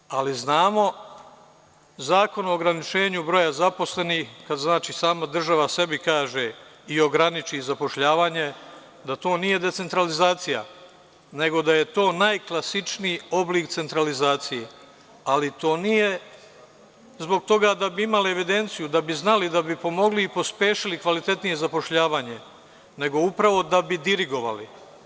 Ne treba reći, ali znamo Zakon o ograničenju broja zaposlenih to znači sama država sebi kaže i ograniči zapošljavanje, da to nije decentralizacija, nego da je to najklasičniji oblik centralizacije, ali to nije zbog toga da bi imali evidenciju, da bi znali, da bi pomogli i pospešili kvalitetnije zapošljavanje, nego upravo da bi dirigovali.